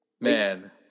Man